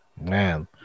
Man